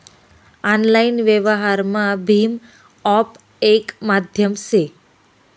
online व्यवहारमा भीम app येक माध्यम से